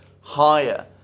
higher